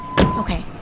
Okay